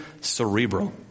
cerebral